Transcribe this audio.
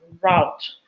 route